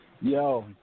Yo